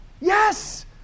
Yes